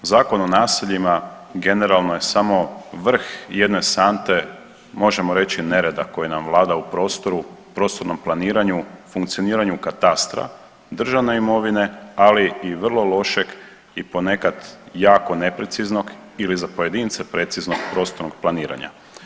Zakon o naseljima generalno je samo vrh jedne sante možemo reći nereda koji nam vlada u prostoru, prostornom planiranju, funkcioniranju katastra, državne imovine, ali i vrlo lošeg i ponekad jako nepreciznog ili za pojedince preciznog prostornog planiranja.